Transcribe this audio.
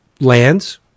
lands